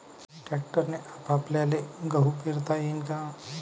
ट्रॅक्टरने आपल्याले गहू पेरता येईन का?